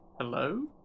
hello